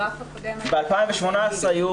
ב-2018 היו